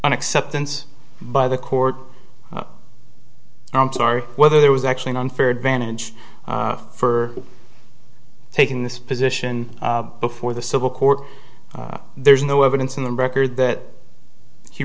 an acceptance by the court i'm sorry whether there was actually an unfair advantage for taking this position before the civil court there's no evidence in the record that he